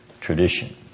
tradition